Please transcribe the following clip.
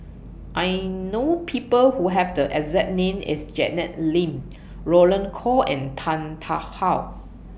I know People Who Have The exact name as Janet Lim Roland Goh and Tan Tarn How